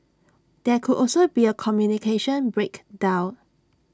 there could also be A communication breakdown